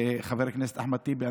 חבר הכנסת אחמד טיבי,